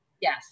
Yes